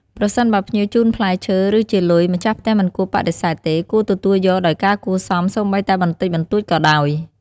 ប្រសិនបើភ្ញៀវជូនផ្លែឈើ ឬ ជាលុយ ម្ចាស់ផ្ទះមិនគួរបដិសេធទេ គួរទទួលយកដោយការគួរសម សូម្បីតែបន្តិចបន្តួចក៏ដោយ។